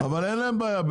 אבל אין להם בעיה.